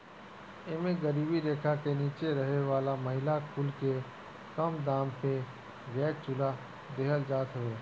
एमे गरीबी रेखा के नीचे रहे वाला महिला कुल के कम दाम पे गैस चुल्हा देहल जात हवे